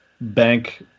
bank